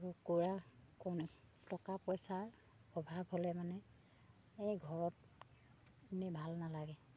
আৰু কুকৰা কোনআ টকা পইচা অভাৱ হ'লে মানে এই ঘৰত এনেই ভাল নালাগে